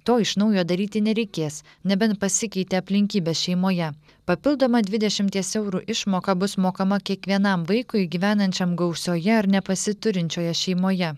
to iš naujo daryti nereikės nebent pasikeitė aplinkybės šeimoje papildoma dvidešimties eurų išmoka bus mokama kiekvienam vaikui gyvenančiam gausioje ar nepasiturinčioje šeimoje